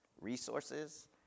resources